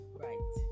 right